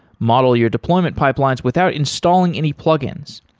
model your deployment pipelines without installing any plug-ins.